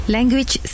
Language